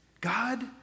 God